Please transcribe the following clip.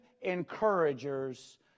encouragers